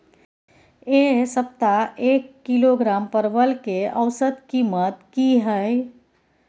ऐ सप्ताह एक किलोग्राम परवल के औसत कीमत कि हय?